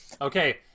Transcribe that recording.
Okay